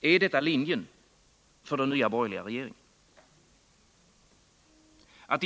Är detta linjen för den nya borgerliga regeringen?